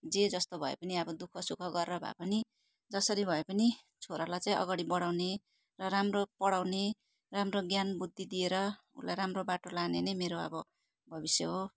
जे जस्तो भए पनि अब दुःख सुख गरेर भए पनि जसरी भए पनि छोरालाई चाहिँ अगाडि बढाउने र राम्रो पढाउने राम्रो ज्ञान बुद्धि दिएर उसलाई राम्रो बाटो लाने नै मेरो अब भविष्य हो